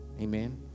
Amen